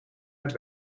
het